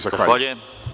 Zahvaljujem.